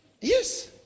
Yes